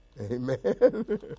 Amen